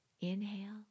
inhale